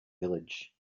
village